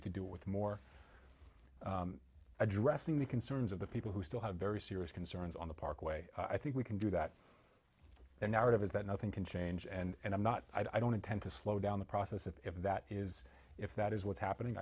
need to do with more addressing the concerns of the people who still have very serious concerns on the parkway i think we can do that their narrative is that nothing can change and i'm not i don't intend to slow down the process if that is if that is what's happening